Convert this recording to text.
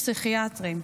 פסיכיאטרים.